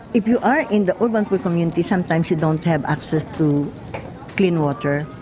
if you are in the urban poor community sometimes you don't have access to clean water.